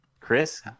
Chris